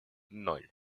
ноль